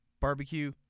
Barbecue